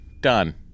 Done